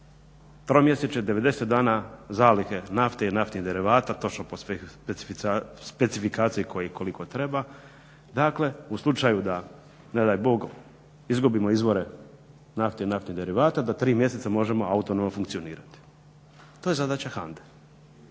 tromjesečje, 90 dana zalihe nafte i naftnih derivata točno po specifikaciji koje i kolik treba, dakle u slučaju da ne daj Bog izgubimo izvore nafte i naftnih derivata da 3 mjeseca možemo autonomno funkcionirati. To je zadaća HANDA-e.